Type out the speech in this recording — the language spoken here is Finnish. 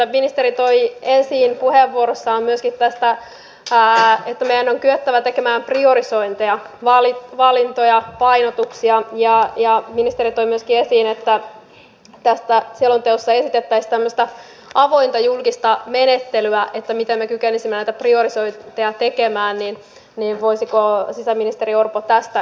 kun ministeri toi esiin puheenvuorossaan myöskin että meidän on kyettävä tekemään priorisointeja valintoja painotuksia ja ministeri toi myöskin esiin että tässä selonteossa esitettäisiin tämmöistä avointa julkista menettelyä että miten me kykenisimme näitä priorisointeja tekemään niin voisiko sisäministeri orpo tästä kertoa hieman enemmän